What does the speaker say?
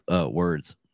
words